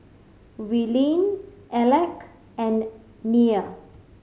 Willene Alec and Nia